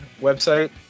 website